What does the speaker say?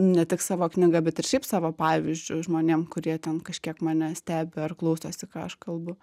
ne tik savo knygą bet ir šiaip savo pavyzdžiu žmonėm kurie ten kažkiek mane stebi ar klausosi ką aš kalbu